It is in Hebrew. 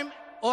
נכון.